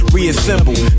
Reassemble